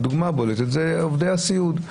הדוגמה הבולטת זה עובדי הסיעוד.